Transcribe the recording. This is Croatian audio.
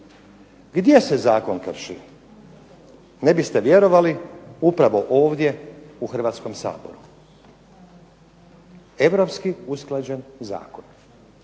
Gdje se zakon krši? Ne biste vjerovali, upravo ovdje u Hrvatskom saboru. Europski usklađen zakon.